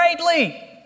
greatly